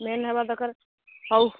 main ହେବା ଦରକାର ହଉ